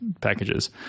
packages